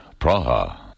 Praha